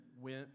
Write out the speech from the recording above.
went